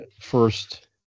first